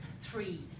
three